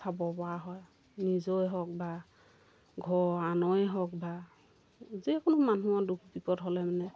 চাবপৰা হয় নিজেও হওক বা ঘৰ আনৰে হওক বা যিকোনো মানুহৰ দুখ বিপদ হ'লে মানে